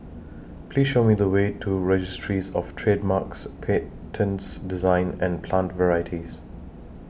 Please Show Me The Way to Registries of Trademarks Patents Designs and Plant Varieties